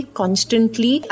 constantly